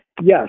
yes